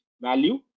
value